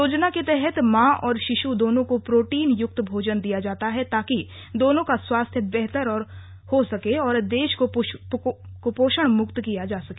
योजना के तहत मां और शिशु दोनों को प्रोटीन युक्त भोजन दिया जाता है ताकि दोनों का स्वास्थ्य बेहतर हो सके और देश को कृपोषण मुक्त किया जा सके